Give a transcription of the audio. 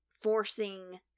forcing